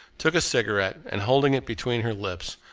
took a cigarette, and, holding it between her lips,